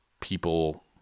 people